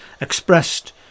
expressed